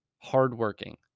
hard-working